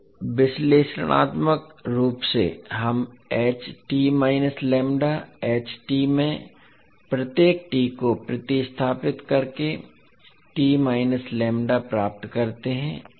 तो विश्लेषणात्मक रूप से हम में प्रत्येक t को प्रतिस्थापित करके प्राप्त करते हैं